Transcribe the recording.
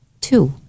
Two